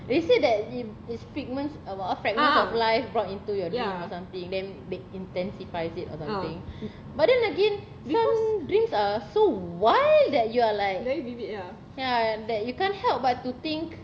they said that if it's pigments about fragments of life brought into your dream or something then they intensifies it or something but then again some dreams are so wild that you are ya that you can't help but to think